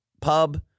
pub